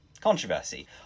controversy